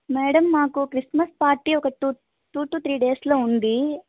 madam మాకు Christmas party ఒక two to three డేస్లో ఉంది